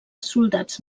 soldats